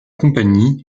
compagnie